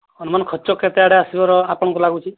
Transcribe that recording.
ଆନୁମାନ ଖର୍ଚ୍ଚ କେତେ ଆଡ଼େ ଆସିବର ଆପଣଙ୍କୁ ଲାଗୁଛି